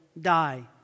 die